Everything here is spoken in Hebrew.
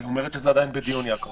היא אומרת שזה עדיין בדיון, יעקב.